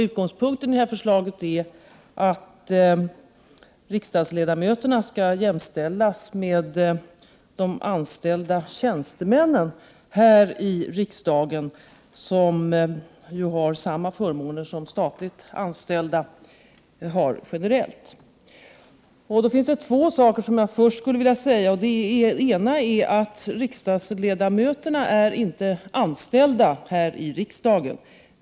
Utgångspunkten i detta förslag är att riksdagsledamöterna skall jämställas med de anställda tjänstemännen här i riksdagen, som ju har samma förmåner som statligt anställda har generellt. Jag vill då säga två saker. Den ena är att riksdagens ledamöter inte är anställda här i riksdagen.